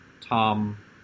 Tom